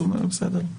בסדר,